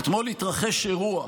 אתמול התרחש אירוע.